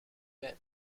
mêmes